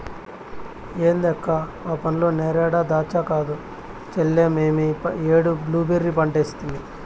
ఏంది అక్క ఆ పండ్లు నేరేడా దాచ్చా కాదు చెల్లే మేమీ ఏడు బ్లూబెర్రీ పంటేసితిని